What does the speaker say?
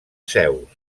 zeus